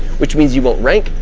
which means you won't rank,